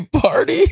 party